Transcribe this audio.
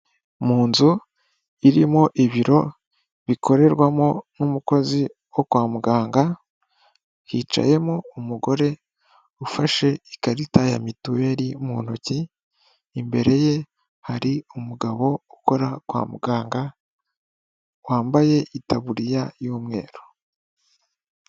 Mu nzu irimo ibiro bikorerwamo n'umukozi wo kwa muganga hicayemo umugore ufashe ikarita ya mituweli mu ntoki imbere ye hari umugabo ukora kwa muganga wambaye itaburiya y'umweru.